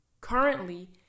Currently